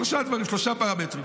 שלושה דברים, שלושה פרמטרים.